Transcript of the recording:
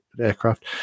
aircraft